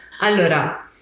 Allora